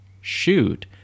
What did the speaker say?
shoot